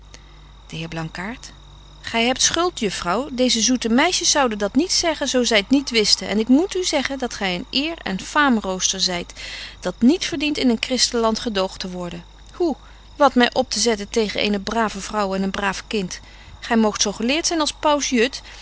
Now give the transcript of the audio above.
de heer blankaart gy hebt schuld juffrouw deeze zoete meisjes zouden dat niet zeggen zo zy t niet wisten en ik moet u zeggen dat gy een eer en faamroofster zyt die niet verdient in een christen land gedoogt te worden hoe wat my op te zetten tegen eene brave vrouw en een braaf kind gy moogt zo geleert zyn als paus